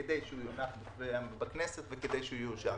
כדי שהוא יונח בכנסת וכדי שהוא יאושר,